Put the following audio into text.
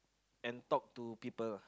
and talk to people uh